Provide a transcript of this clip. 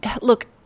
look